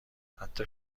حتی